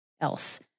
else